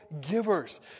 givers